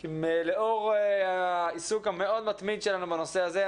כי לאור העיסוק המאוד מתמיד שלנו בנושא הזה,